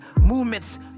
movements